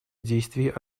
действий